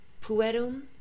puerum